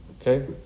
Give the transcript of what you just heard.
Okay